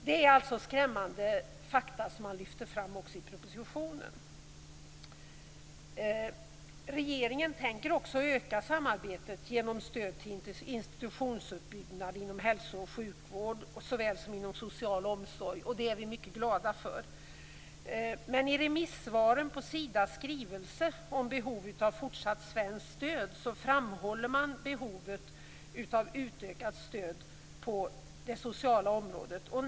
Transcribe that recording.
Det är alltså skrämmande fakta som man lyfter fram också i propositionen. Regeringen tänker också öka samarbetet genom stöd till institutionsutbyggnad inom hälso och sjukvård såväl som inom social omsorg. Det är vi mycket glada för. Men i remissvaren på Sidas skrivelse om behov av fortsatt svenskt stöd framhåller man behovet av utökat stöd på det sociala området.